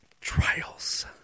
trials